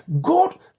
God